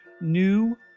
New